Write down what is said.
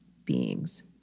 beings